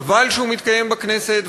חבל שהוא מתקיים בכנסת,